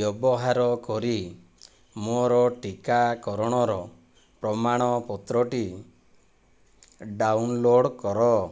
ବ୍ୟବହାର କରି ମୋର ଟିକାକରଣର ପ୍ରମାଣପତ୍ରଟି ଡାଉନ୍ଲୋଡ଼୍ କର